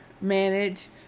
manage